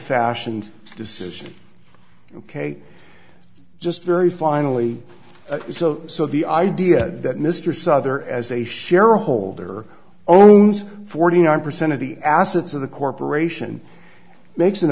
fashioned decision ok just very finally so so the idea that mr souther as a shareholder owns forty nine percent of the assets of the corporation makes an